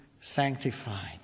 sanctified